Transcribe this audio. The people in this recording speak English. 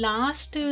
Last